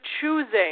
choosing